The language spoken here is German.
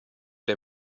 der